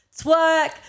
twerk